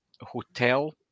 hotel